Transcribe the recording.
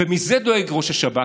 ומזה דואג ראש השב"כ.